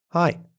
Hi